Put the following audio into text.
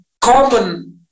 common